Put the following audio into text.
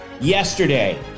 Yesterday